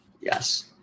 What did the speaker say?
Yes